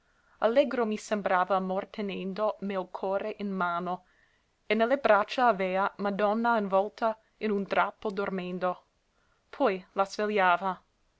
allegro mi sembrava amor tenendo meo core in mano e ne le braccia avea madonna involta in un drappo dormendo poi la svegliava